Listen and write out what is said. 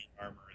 armor